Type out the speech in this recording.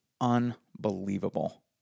unbelievable